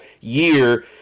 year